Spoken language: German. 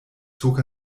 zog